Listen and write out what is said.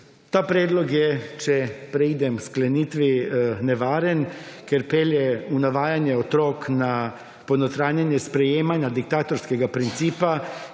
Ta predlog je, če preidem sklenitvi, nevaren, ker pelje v navajanje otrok na ponotranjanje sprejemanja diktatorskega principa